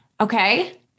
okay